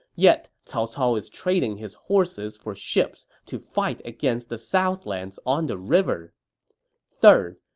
yet cao cao is trading his horses for ships to fight against the southlands on the river third,